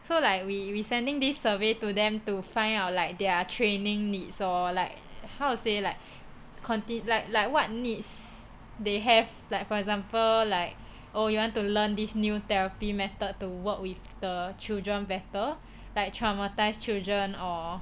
so like we sending this survey to them to find out like their training needs or like how to say like conti~ like like what needs they have like for example like oh you want to learn this new therapy method to work with the children better like traumatised children or